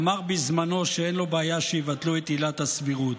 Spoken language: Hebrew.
אמר בזמנו שאין לו בעיה שיבטלו את עילת הסבירות.